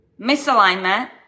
Misalignment